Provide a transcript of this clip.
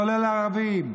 כולל הערבים?